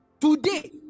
Today